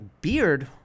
beard